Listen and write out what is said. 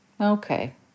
okay